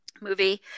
movie